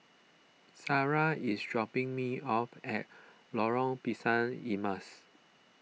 Sara is dropping me off at Lorong Pisang Emas